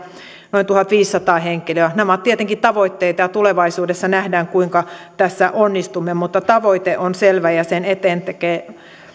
noin tuhatviisisataa henkilöä nämä ovat tietenkin tavoitteita ja tulevaisuudessa nähdään kuinka tässä onnistumme mutta tavoite on selvä ja sen eteen tekevät